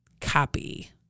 copy